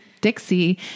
Dixie